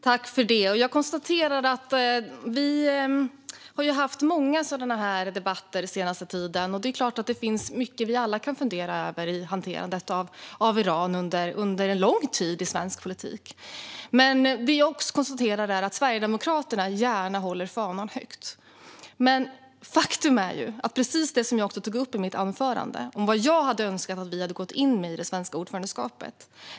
Herr talman! Jag konstaterar att vi har haft många sådana här debatter den senaste tiden, och det är klart att det finns mycket vi alla kan fundera över i hanterandet av Iran under lång tid i svensk politik. Det jag också konstaterar är att Sverigedemokraterna gärna håller fanan högt. Men faktum är, precis som jag tog upp i mitt anförande, att jag hade önskat att vi hade gått in med detta i det svenska ordförandeskapet.